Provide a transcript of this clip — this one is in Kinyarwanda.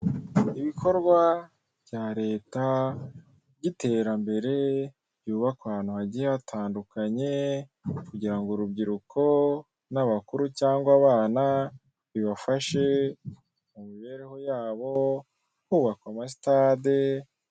Ibikorwa bya leta by'iterambere byubakwa ahantu hagiye hatandukanye, kugira ngo urubyiruko, n'abakuru cyangwa abana bibafashe mu mibereho yabo hubakwa amasitade.